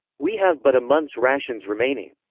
we have but a month's rations remaining.